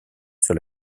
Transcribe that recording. sur